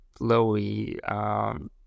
flowy